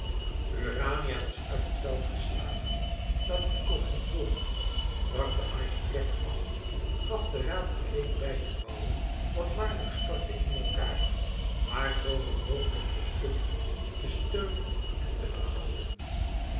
urania was uit het veld geslagen maar duco ging voort brak den architect af gaf den raad alleen bij te bouwen wat waarlijk stortte in elkaâr maar zooveel mogelijk te stutten te steunen en te behouden